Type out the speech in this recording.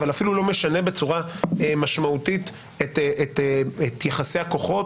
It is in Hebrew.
אבל אפילו לא משנה בצורה משמעותית את יחסי הכוחות